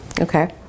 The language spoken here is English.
Okay